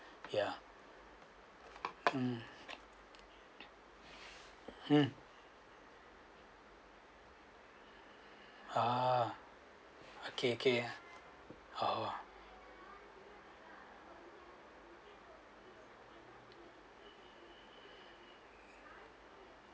yeah mm mm ah okay okay orh